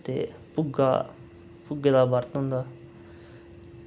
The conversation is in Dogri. ते भुग्गा भुग्गे दा बर्त होंदा